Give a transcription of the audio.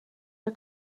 der